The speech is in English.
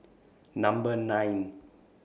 Number nine